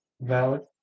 valid